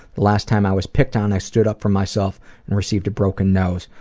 the last time i was picked on i stood up for myself and received a broken nose,